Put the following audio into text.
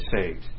saved